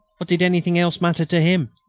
what did anything else matter to him?